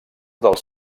dels